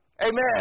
Amen